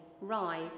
Rise